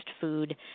food